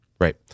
right